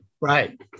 right